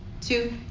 Two